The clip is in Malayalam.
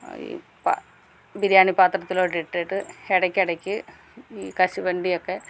അയി പ്പാ ബിരിയാണി പാത്രത്തിലോട്ടിട്ട് ഇടയ്ക്കിടയ്ക്ക് ഈ കശുവണ്ടിയൊക്കെ